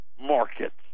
markets